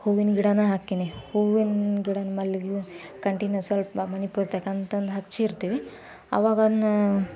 ಹೂವಿನ ಗಿಡವೂ ಹಾಕೀನಿ ಹೂವಿನ ಗಿಡನ ಮಲ್ಲಿಗೆ ಕಂಟಿನ ಸ್ವಲ್ಪ ಮನೆ ಪೂರ ತೆಗೊಂಡ್ತಂದು ಹಚ್ಚಿರ್ತೀವಿ ಅವಾಗವ್ನು